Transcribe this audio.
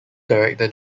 director